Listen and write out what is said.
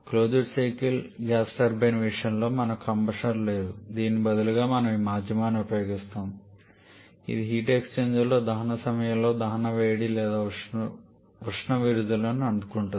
closed cycle gas turbine విషయంలో మనకు combustor లేదు దీనికి బదులుగా మనము ఈ మాధ్యమాన్ని ఉపయోగిస్తున్నాము ఇది ఈ హీట్ ఎక్స్చేంజర్ లో దహన సమయంలో దహన వేడి లేదా ఉష్ణ విడుదలను అందుకుంటుంది